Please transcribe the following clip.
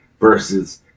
versus